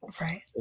right